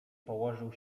położył